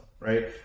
Right